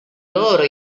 loro